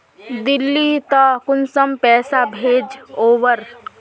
दिल्ली त कुंसम पैसा भेज ओवर?